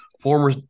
former